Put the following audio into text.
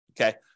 okay